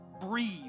breathe